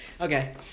Okay